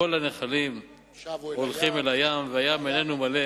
כל הנחלים הולכים אל הים והים איננו מלא